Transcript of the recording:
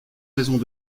maisons